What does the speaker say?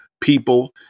people